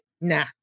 nah